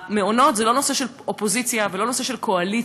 המעונות הם לא נושא של אופוזיציה ולא נושא של קואליציה,